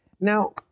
Now